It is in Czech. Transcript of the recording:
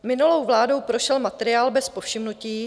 Minulou vládou prošel materiál bez povšimnutí.